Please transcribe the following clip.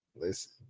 Listen